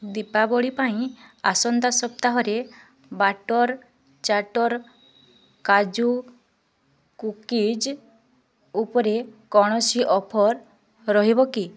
ଦୀପାବଳି ପାଇଁ ଆସନ୍ତା ସପ୍ତାହରେ ବାଟ୍ଟର ଚାଟ୍ଟର କାଜୁ କୁକିଜ୍ ଉପରେ କୌଣସି ଅଫର୍ ରହିବ କି